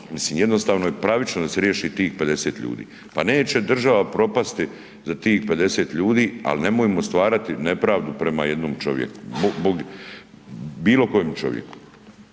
mislim jednostavno je pravično da se riješi tih 50 ljudi. Pa neće država propasti za tih 50 ljudi, ali nemojmo stvarati nepravdu prema jednom čovjeku bilo kojem čovjeku,